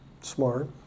smart